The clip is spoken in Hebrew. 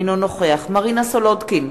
אינו נוכח מרינה סולודקין,